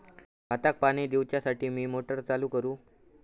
भाताक पाणी दिवच्यासाठी मी मोटर चालू करू?